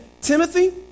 Timothy